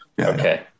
okay